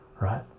right